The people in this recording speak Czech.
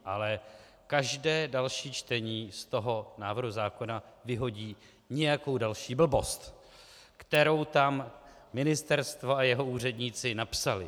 Ale každé další čtení z návrhu zákona vyhodí nějakou další blbost, kterou tam ministerstvo a jeho úředníci napsali.